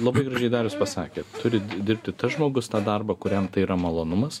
labai gražiai darius pasakė turi dirbti tas žmogus tą darbą kuriam tai yra malonumas